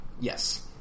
Yes